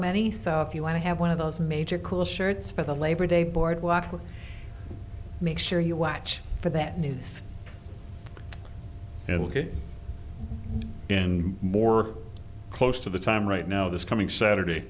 many so if you want to have one of those major cool shirts for the labor day board walk with make sure you watch for that news and get in more close to the time right now this coming saturday